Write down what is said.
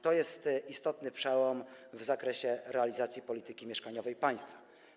To jest istotny przełom w zakresie realizacji polityki mieszkaniowej państwa.